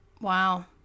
wow